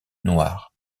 noires